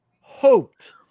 Hoped